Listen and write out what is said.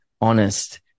honest